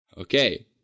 Okay